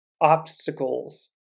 obstacles